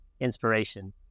inspiration